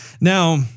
now